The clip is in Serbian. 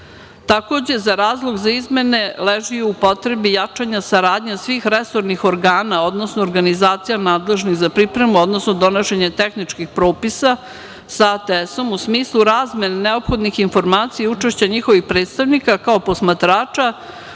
ATS.Takođe, za razlog za izmene leži u potrebi jačanja saradnje svih resornih organa, odnosno organizacija nadležnih za pripremu, odnosno donošenje tehničkih propisa sa ATS, u smislu razmene neophodnih informacija i učešće njihovih predstavnika kao posmatrača